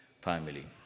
family